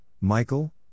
Michael